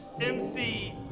MC